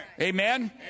Amen